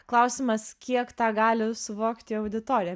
klausimas kiek tą gali suvokti auditorija